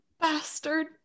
Bastard